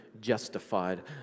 justified